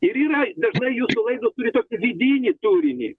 ir yra dažnai jūsų laida turi tokį vidinį turinį